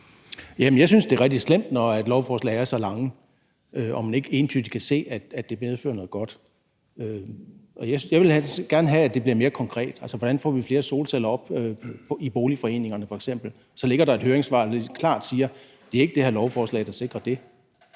Jeg synes, det er rigtig slemt, når lovforslag er så lange og man ikke entydigt kan se, at det medfører noget godt. Jeg vil gerne have, at det bliver mere konkret. Hvordan får vi f.eks. flere solceller op i boligforeningerne? Og der ligger et høringssvar, hvor de klart siger, at det ikke er det her lovforslag, der sikrer det.